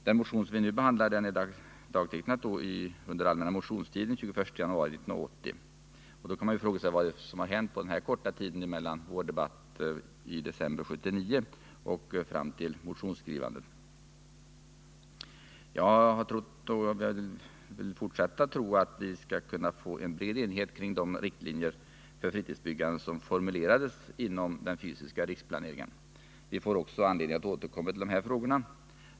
Den motion som vi nu behandlar är dagtecknad under den allmänna motionstiden, den 21 januari 1980. Man kan då fråga sig vad som har hänt under den korta tiden mellan vår debatt i december 1979 och fram till dess att motionen skrevs. Jag har trott och vill fortsätta att tro att vi skall kunna få en bred enighet kring de riktlinjer för fritidsbyggandet som formulerades inom den fysiska riksplaneringen. Vi får också anledning att återkomma till dessa frågor.